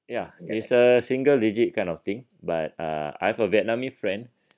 ya it's a single digit kind of thing but uh I have a vietnamese friend